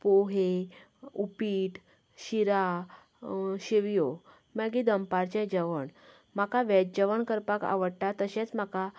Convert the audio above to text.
पोहे उपीट शिरा शेवयो मागीर दनपारचें जेवण म्हाका व्हेज जेवण करपाक आवडटा तशेंच म्हाका